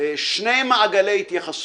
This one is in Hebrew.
שני מעגלי התייחסות.